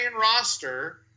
roster